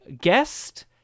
guest